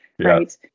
right